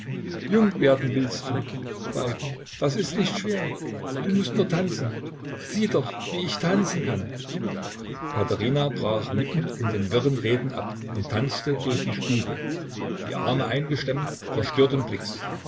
jung werden willst du weib das ist nicht schwer du mußt nur tanzen sieh doch wie ich tanzen kann katherina brach mitten in den wirren reden ab und tanzte durch die stube die arme eingestemmt verstörten blicks